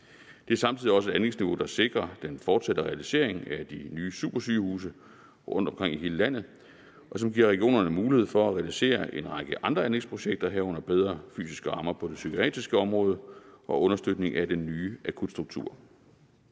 Det er samtidig også et anlægsniveau, der sikrer den fortsatte realisering af opførelsen af de nye supersygehuse rundtomkring i hele landet, og som giver regionerne mulighed for at realisere en række andre anlægsprojekter, herunder bedre fysiske rammer på det psykiatriske område og understøttelse af den nye akutstruktur.